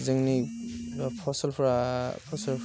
जोंनि फसलफ्रा फसल